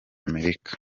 amerika